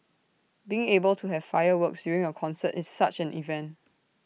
being able to have fireworks during A concert is such an event